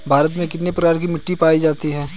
भारत में कितने प्रकार की मिट्टी पाई जाती हैं?